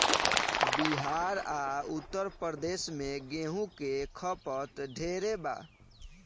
बिहार आ उत्तर प्रदेश मे गेंहू के खपत ढेरे बा